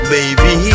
Baby